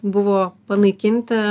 buvo panaikinti